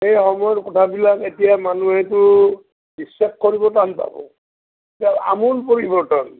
সেই সময়ৰ কথাবিলাক এতিয়া মানুহটো বিশ্বাস কৰিব টান পাব এতিয়া আমূল পৰিৱৰ্তন